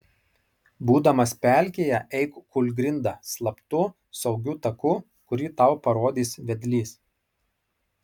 būdamas pelkėje eik kūlgrinda slaptu saugiu taku kurį tau parodys vedlys